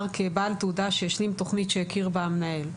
כבעל תעודה שהשלים תכנית שהכיר בה המנהל.